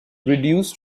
reduced